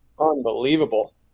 unbelievable